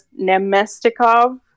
Nemestikov